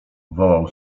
wołał